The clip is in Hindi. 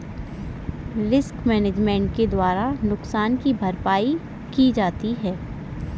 रिस्क मैनेजमेंट के द्वारा नुकसान की भरपाई की जाती है